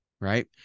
right